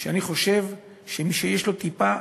שאני חושב שמי שיש לו טיפה